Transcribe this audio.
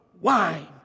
wine